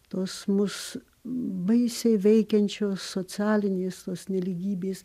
tos mus baisiai veikiančios socialinės tos nelygybės